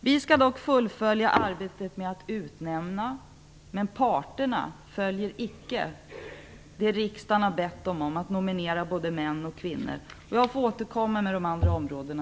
Vi skall fullfölja arbetet med utnämningar, men parterna följer icke vad riksdagen bett dem om: att nominera både män och kvinnor. Jag får i replikskiftet återkomma till de andra områdena.